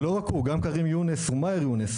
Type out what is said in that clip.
לא רק הוא גם כרים יונס הוא מר יונס,